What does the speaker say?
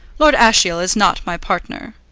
lord ashiel is not my partner.